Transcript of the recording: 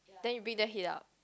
then you bring there heat up